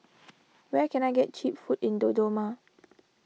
where can I get Cheap Food in Dodoma